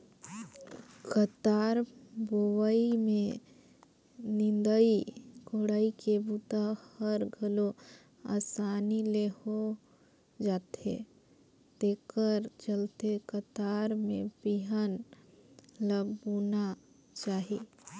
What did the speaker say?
कतार बोवई में निंदई कोड़ई के बूता हर घलो असानी ले हो जाथे तेखर चलते कतार में बिहन ल बोना चाही